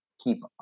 keep